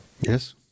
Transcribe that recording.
Yes